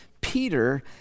Peter